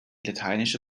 lateinische